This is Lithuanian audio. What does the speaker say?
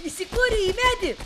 įsikorei į medį